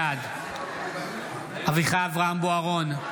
בעד אביחי אברהם בוארון,